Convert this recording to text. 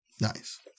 Nice